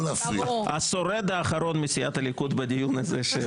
השורד האחרון מסיעת הליכוד בדיון הזה,